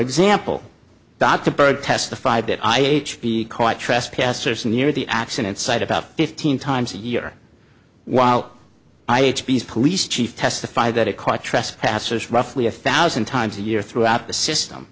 example dr byrd testified that i h v caught trespassers near the accident site about fifteen times a year while i police chief testify that it caught trespassers roughly a thousand times a year throughout the system